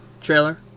trailer